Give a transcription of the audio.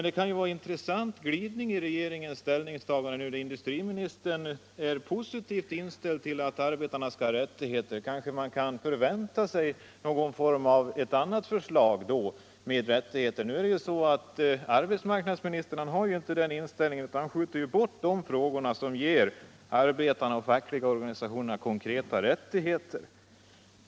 Det är en intressant glidning i regeringens ställningstagande när nu industriministern är positivt inställd till att arbetarna skall få vissa rättigheter. Kanske kan man förvänta sig ytterligare ett förslag med nya rättigheter. Arbetsmarknadsministern har en sådan inställning att han skjuter ifrån sig de frågor som ger arbetarna och de fackliga organisationerna konkreta rättigheter.